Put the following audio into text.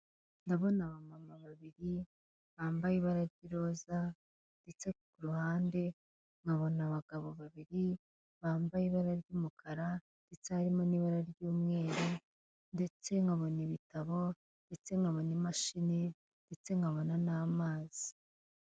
Ndabona abamama babiri bambaye ibara ry'iroza ndetse ku ruhande nkabona abagabo babiri bambaye ibara ry'umukara ndetse harimo n'ibara ry'umweru ndetse nkabona ibitabo ndetse nkabona imashini ndetse nkabona n'amazi.